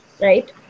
right